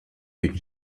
d’une